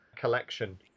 collection